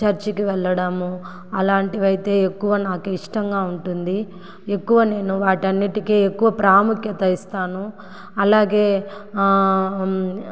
చర్చికి వెళ్ళడము అలాంటివి అయితే ఎక్కువ నాకు ఇష్టంగా ఉంటుంది ఎక్కువ నేను వాటన్నిటికీ ఎక్కువ ప్రాముఖ్యత ఇస్తాను అలాగే